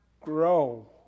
grow